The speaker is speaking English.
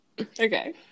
Okay